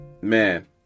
man